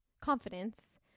confidence